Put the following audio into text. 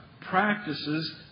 practices